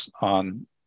on